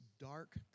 dark